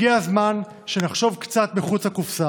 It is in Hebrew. הגיע הזמן שנחשוב קצת מחוץ לקופסה.